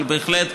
אבל בהחלט,